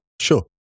sure